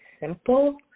simple